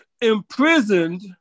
imprisoned